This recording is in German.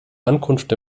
ankunft